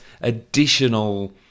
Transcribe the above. additional